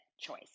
choice